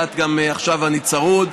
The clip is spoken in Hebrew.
ועכשיו אני קצת צרוד,